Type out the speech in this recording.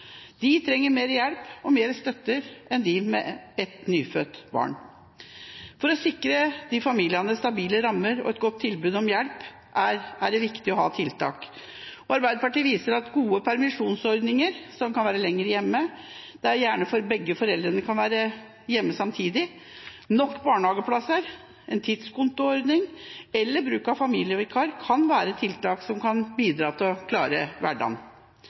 De trenger mer hjelp og støtte enn familier med ett nyfødt barn. For å sikre disse familiene stabile rammer og et godt tilbud om hjelp er det viktig å ha tiltak, og Arbeiderpartiet viser til at gode permisjonsordninger, slik at en kan være lenger hjemme, gjerne at begge foreldrene kan være hjemme samtidig, nok barnehageplasser, en tidskontoordning eller bruk av familievikar kan være tiltak som kan bidra til at man klarer hverdagen.